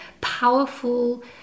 powerful